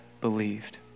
believed